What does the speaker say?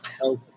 Health